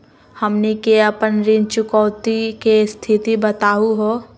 हमनी के अपन ऋण चुकौती के स्थिति बताहु हो?